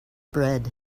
bread